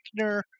Eichner